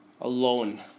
alone